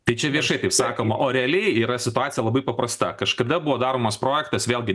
tačiau viešai taip sakoma o realiai yra situacija labai paprasta kažkada buvo daromas projektas vėlgi